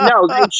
No